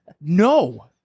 no